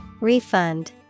Refund